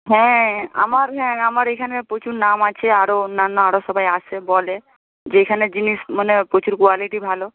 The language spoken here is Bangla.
হ্যাঁ আমার হ্যাঁ আমার এইখানে প্রচুর নাম আছে আরও অন্যান্য আরও সবাই আসে বলে যে এখানের জিনিস মানে প্রচুর কোয়ালিটি ভালো